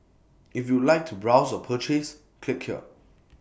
if you would like to browse or purchase click here